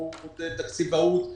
תקציבאות.